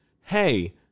hey